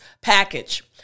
package